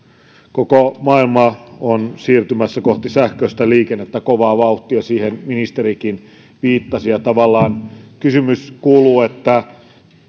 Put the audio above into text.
koko maailma on siirtymässä kohti sähköistä liikennettä kovaa vauhtia siihen ministerikin viittasi ja tavallaan kysymys kuuluu